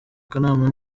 kanama